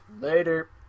Later